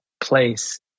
place